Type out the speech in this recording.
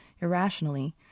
Irrationally